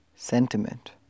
sentiment